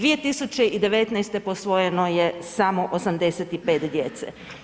2019. posvojeno je samo 85 djece.